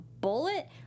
bullet